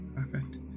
perfect